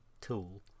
tool